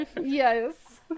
Yes